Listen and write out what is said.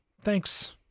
Thanks